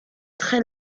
très